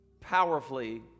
powerfully